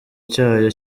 cyayo